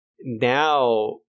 now